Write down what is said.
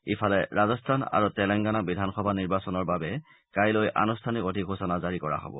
ইফালে ৰাজস্থান আৰু তেলেংগানা বিধানসভা নিৰ্বাচনৰ বাবে কাইলৈ আনুষ্ঠানিক অধিসূচনা জাৰি কৰা হ'ব